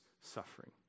suffering